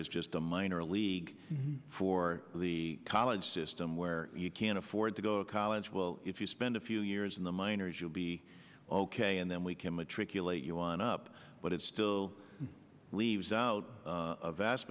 is just a minor league for the college system where you can afford to go to college well if you spend a few years in the minors you'll be ok and then we can matriculate you on up but it still leaves out a vast